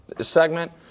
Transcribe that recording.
segment